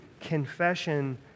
confession